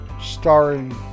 starring